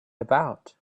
about